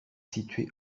situé